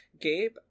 Gabe